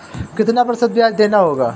कितना प्रतिशत ब्याज देना होगा?